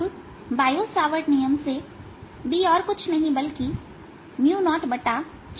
अब Biot Savart नियम से B कुछ नहीं है बल्कि 04का समाकलन है